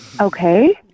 Okay